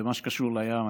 במה שקשור לים.